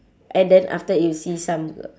and then after you that you see some